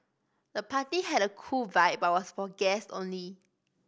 the party had a cool vibe but was for guests only